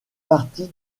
partie